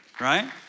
right